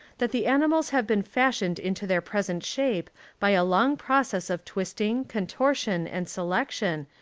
that the animals have been fashioned into their present shape by a long process of twisting, contortion, and selection,